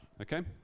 okay